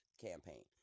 campaign